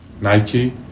Nike